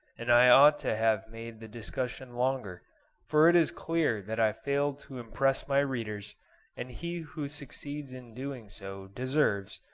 and i ought to have made the discussion longer for it is clear that i failed to impress my readers and he who succeeds in doing so deserves,